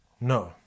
No